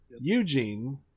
Eugene